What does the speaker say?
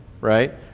right